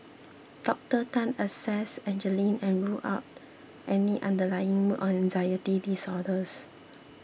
Docter Tan assessed Angeline and ruled out any underlying mood or anxiety disorders